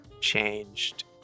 changed